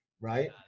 Right